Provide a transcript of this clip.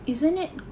isn't it